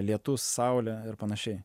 lietus saulė ir panašiai